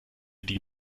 die